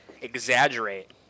exaggerate